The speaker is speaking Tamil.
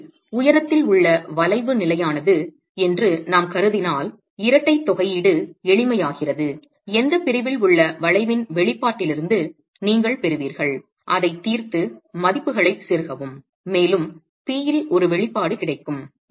எனவே உயரத்தில் உள்ள வளைவு நிலையானது என்று நாம் கருதினால் இரட்டை தொகையீடு எளிமையாகிறது எந்தப் பிரிவில் உள்ள வளைவின் வெளிப்பாட்டிலிருந்து நீங்கள் பெறுவீர்கள் அதைத் தீர்த்து மதிப்புகளை செருகவும் மேலும் P இல் ஒரு வெளிப்பாடு கிடைக்கும்